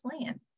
Plan